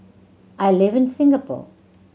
I live in Singapore